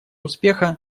успеха